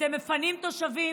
אתם מפנים תושבים?